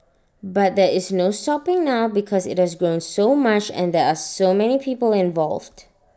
but there is no stopping now because IT does grown so much and there are so many people involved